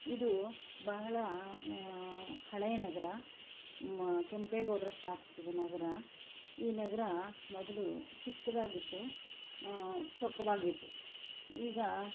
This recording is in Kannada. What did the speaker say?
ಇದು ಬಹಳ ಹಳೇ ನಗರ ಕೆಂಪೇಗೌಡರು ಸ್ಥಾಪಿಸಿದ ನಗರ ಈ ನಗರ ಮೊದಲು ಚಿಕ್ಕದಾಗಿತ್ತು ಚೊಕ್ಕವಾಗಿತ್ತು ಈಗ